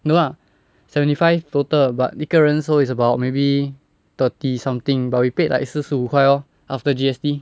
no lah seventy five total but 一个人 so it's about maybe thirty something but we paid like 四十五块 lor after G_S_T